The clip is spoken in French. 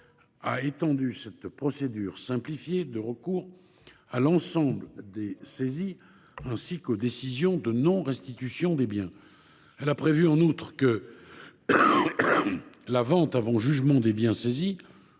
a étendu cette procédure simplifiée de recours à l’ensemble des saisies, ainsi qu’aux décisions de non restitution des biens. Elle a prévu, en outre, que la vente avant jugement des biens saisis